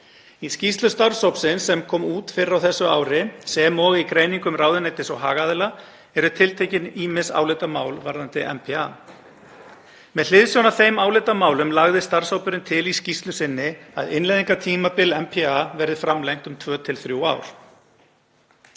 Í skýrslu starfshópsins, sem kom út fyrr á þessu ári, sem og í greiningum ráðuneytis og hagaðila, eru tiltekin ýmis álitamál varðandi NPA. Með hliðsjón af þeim álitamálum lagði starfshópurinn til í skýrslu sinni að innleiðingartímabili NPA verði framlengt um tvö til